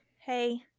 hey